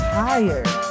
tired